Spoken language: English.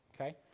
okay